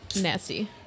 Nasty